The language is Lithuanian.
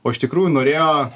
o iš tikrųjų norėjo